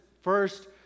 first